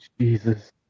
Jesus